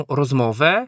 rozmowę